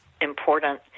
important